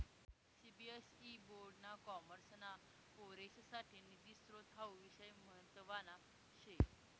CBSE board ना कॉमर्सना पोरेससाठे निधी स्त्रोत हावू विषय म्हतवाना शे